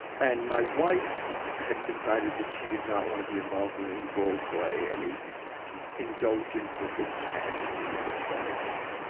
and my wife had decided that she did not want to be involved in any role play, any indulgence of this fantasy, in this fetish.